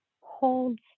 holds